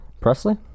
Presley